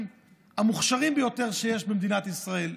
המוכשרים ביותר שיש במדינת ישראל,